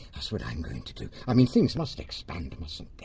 that's what i'm going to do. i mean, things must expand, mustn't they?